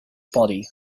body